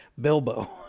Bilbo